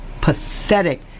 pathetic